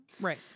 right